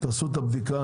תעשו את הבדיקה,